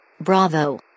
Bravo